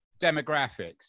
demographics